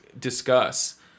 discuss